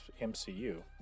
MCU